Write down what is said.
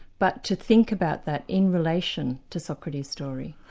but to think about that in relation to socrates' story.